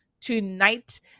tonight